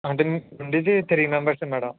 అంటే మీరు ఉండేది త్రీ మెంబర్సే మేడం